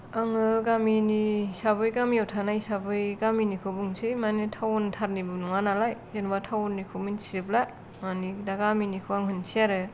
आङो गामिनि हिसाबै गामियाव थानाय हिसाबै गामिनिखौ बुंसै माने टाउन थारनिबो नङा नालाय जेनबा टाउन निखौ मोन्थिजोबला माने दा गामिनिखौ आं होनसै आरो